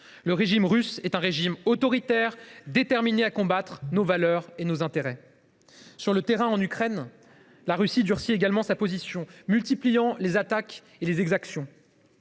me semble t il : le régime autoritaire russe est déterminé à combattre nos valeurs et nos intérêts. Sur le terrain, en Ukraine, la Russie durcit également sa position, multipliant les attaques et les exactions.